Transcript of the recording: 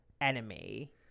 enemy